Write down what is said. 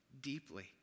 Deeply